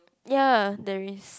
ya there is